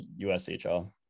USHL